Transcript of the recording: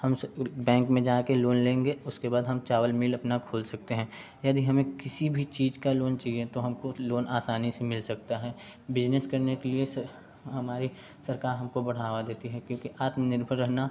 हम बैंक में जाके लोन लेंगे उसके बाद हम चावल मिल अपना खोल सकते हैं यदि हमें किसी भी चीज का लोन चाहिए तो हमको लोन आसानी से मिल सकता है बिजनेस करने के लिए हमारी सरकार हमको बढ़ावा देती है क्योंकि आत्मनिर्भर रहना